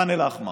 ח'אן אל-אחמר.